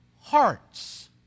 hearts